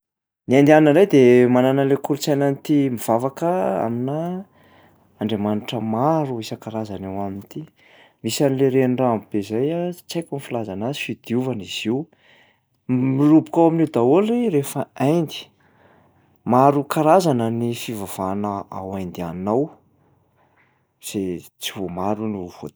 Ny indiana indray de manana an'lay kolontsainan'ny tia mivavaka aminà andriamanitra maro isan-karazany ao aminy ity. Misy an'lay renirano be zay a, tsy aiko ny filazana azy, fidiovana izy io. M- miroboka ao amin'io daholo rehefa Inde, maro karazana ny fivavahana ao indiana ao, zay tsy vao- maro no voatanisa.